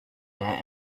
their